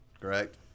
correct